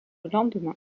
lendemain